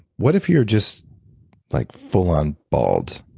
what if you're just like full on bald,